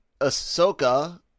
Ahsoka